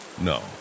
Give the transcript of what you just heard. no